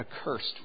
accursed